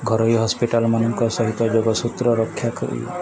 ଘରୋଇ ହସ୍ପିଟାଲମାନଙ୍କ ସହିତ ଯୋଗସୂତ୍ର ରକ୍ଷା କରି